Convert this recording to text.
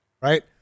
Right